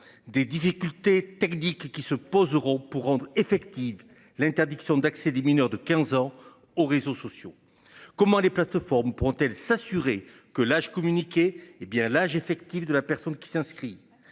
Des difficultés techniques qui se posent euros pour rendre effective l'interdiction d'accès des mineurs de 15 ans aux réseaux sociaux. Comment les plateformes pourront-elles s'assurer que l'âge communiqué hé bien l'âge effectif de la personne qui s'inscrit.